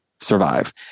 survive